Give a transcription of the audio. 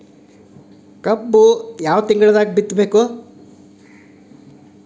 ಕಬ್ಬು ಯಾವ ತಿಂಗಳದಾಗ ಬಿತ್ತಬೇಕು?